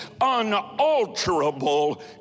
unalterable